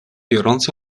biorąc